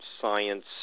science